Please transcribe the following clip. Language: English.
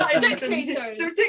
dictators